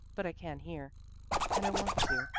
but i can here and i want to.